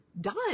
done